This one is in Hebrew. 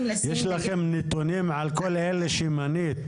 לשים דגש --- יש לכם נתונים על כל אלה שמנית,